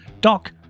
Doc